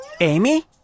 Amy